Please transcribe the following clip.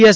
S